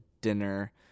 dinner